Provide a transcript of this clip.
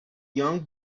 young